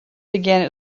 began